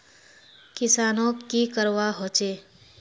किसानोक की करवा होचे?